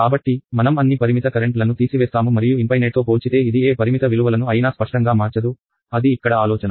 కాబట్టి మనం అన్ని పరిమిత కరెంట్ లను తీసివేస్తాము మరియు ఇన్పైనేట్తో పోల్చితే ఇది ఏ పరిమిత విలువలను అయినా స్పష్టంగా మార్చదు అది ఇక్కడ ఆలోచన